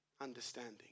understanding